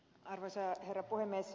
arvoisa herra puhemies